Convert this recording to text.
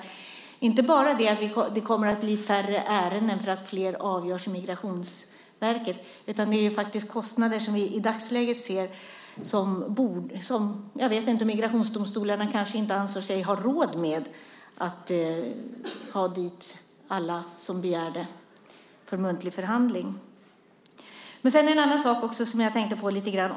Det handlar inte bara om att det kommer att bli färre ärenden därför att flera avgörs av Migrationsverket, utan det handlar om kostnader som vi ser i dagsläget. Jag vet inte om migrationsdomstolarna kanske inte anser sig ha råd att ta upp alla de ärenden som man begär för muntlig förhandling.